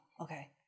Okay